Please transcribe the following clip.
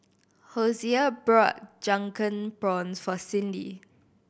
Hosea bought Drunken Prawns for Cindi